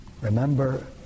Remember